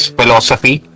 philosophy